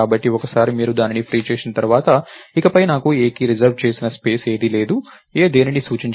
కాబట్టి ఒకసారి మీరు దానిని ఫ్రీ చేసిన తర్వాత ఇకపై నాకు a కి రిజర్వ్ చేసిన స్పేస్ ఏదీ లేదు a దేనినీ సూచించడం లేదు